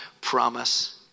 promise